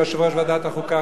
יושב-ראש ועדת החוקה,